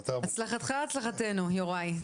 הצלחך - הצלחתנו, יוראי.